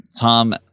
Tom